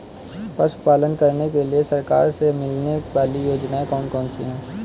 पशु पालन करने के लिए सरकार से मिलने वाली योजनाएँ कौन कौन सी हैं?